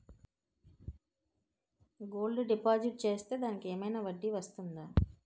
Gold deposit చేస్తే దానికి ఏమైనా వడ్డీ వస్తుందా?